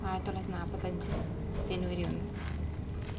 ആയിരത്തി തൊള്ളായിരത്തി നാല്പത്തിയഞ്ച് ജനുവരി ഒന്ന്